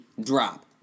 drop